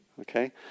Okay